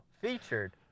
featured